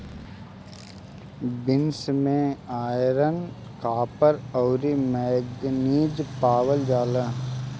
beans में iron, copper, अउरी manganese पावल जाला